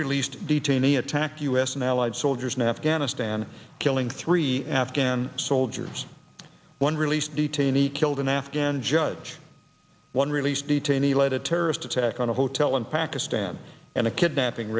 released detainee attacked u s and allied soldiers in afghanistan killing three afghan soldiers one released detainee killed an afghan judge one released detainee let a terrorist attack on a hotel in pakistan and a kidnapping